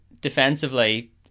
defensively